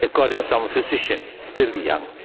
according to some physicians, still young.